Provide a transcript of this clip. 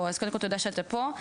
אז קודם כל תודה שאתה פה,